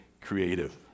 creative